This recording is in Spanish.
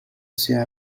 sea